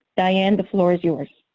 diane, the floor is yours.